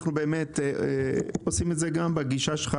אנחנו עושים את זה בגישה שלך,